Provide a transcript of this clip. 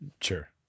Sure